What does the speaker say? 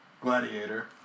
Gladiator